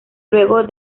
luego